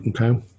Okay